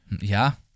Ja